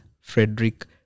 Frederick